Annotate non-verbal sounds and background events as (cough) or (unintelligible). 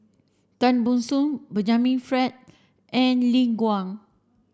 Tan Ban Soon Benjamin Frank and Lin (unintelligible)